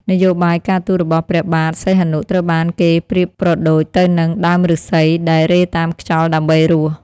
នយោបាយការទូតរបស់ព្រះបាទសីហនុត្រូវបានគេប្រៀបប្រដូចទៅនឹង "ដើមប្ញស្សី" ដែលរេតាមខ្យល់ដើម្បីរស់។